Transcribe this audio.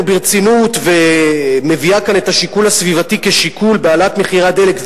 ברצינות ומביאה את השיקול הסביבתי כשיקול בהעלאת מחירי הדלק,